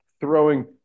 throwing